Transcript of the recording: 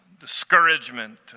discouragement